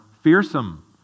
fearsome